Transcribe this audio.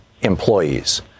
employees